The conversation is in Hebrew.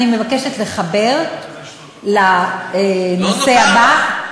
אני מבקשת לחבר לנושא הבא,